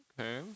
Okay